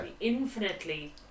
infinitely